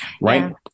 right